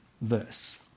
verse